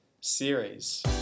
series